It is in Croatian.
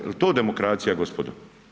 Je li to demokracija, gospodo?